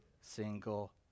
single